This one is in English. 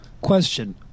Question